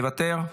מוותר,